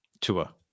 Tua